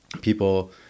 people